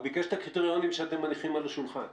הוא ביקש את הקריטריונים שאתם מניחים על השולחן.